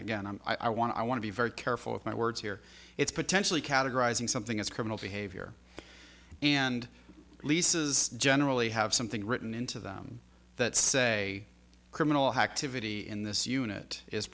gain i'm i want to i want to be very careful of my words here it's potentially categorizing something as criminal behavior and leases generally have something written into them that say criminal activity in this unit is